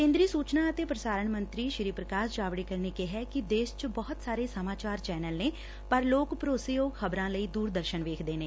ਕੇ'ਦਰੀ ਸੂਚਨਾ ਅਤੇ ਪ੍ਰਸਾਰਣ ਮੰਤਰੀ ਪ੍ਰਕਾਸ਼ ਜਾਵੜੇਕਰ ਨੇ ਕਿਹੈ ਕਿ ਦੇਸ਼ ਚ ਬਹੂਤ ਸਾਰੇ ਸਮਾਚਾਰ ਚੈਨਲ ਨੇ ਪਰ ਲੋਕ ਭਰੋਸੇਯੋਗ ਖਬਰਾਂ ਲਈ ਦੁਰਦਰਸਨ ਵੇਖਦੇ ਨੇ